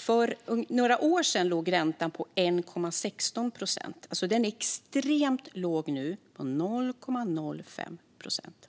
För några år sedan låg räntan på 1,16 procent. Den är alltså extremt låg nu - 0,05 procent.